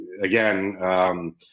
again